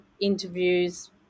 interviews